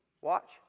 Watch